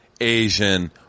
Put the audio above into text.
Asian